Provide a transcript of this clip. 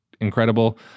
incredible